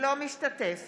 לא משתתף